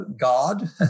God